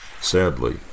Sadly